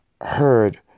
heard